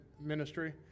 ministry